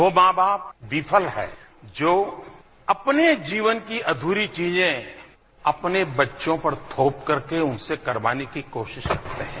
वो मां बाप विफल है जो अपने जीवन की अध्री चीजें अपने बच्चों पर थोप करके उनसे करवाने की कोशिश कर रहे हैं